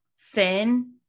thin